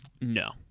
No